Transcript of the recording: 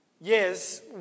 yes